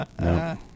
No